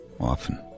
often